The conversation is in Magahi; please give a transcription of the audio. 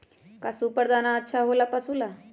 का सुपर दाना अच्छा हो ला पशु ला?